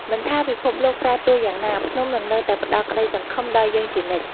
មិនថាពិភពលោកប្រែប្រួលយ៉ាងណា ភ្នំនឹងនៅតែផ្ដល់ក្ដីសង្ឃឹមដល់យើងជានិច្ច។